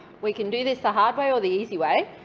we can do this the hard way or the easy way,